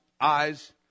eyes